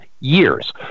years